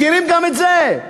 מכירים גם את זה,